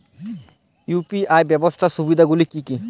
UPI ব্যাবহার সুবিধাগুলি কি কি?